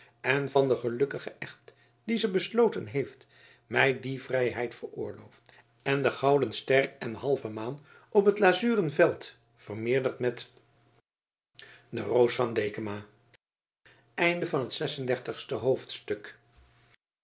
en van den gelukkigen echt die ze besloten heeft mij die vrijheid veroorloofd en de gouden ster en halve maan op het lazuren veld vermeerderd met de roos van dekama